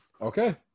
Okay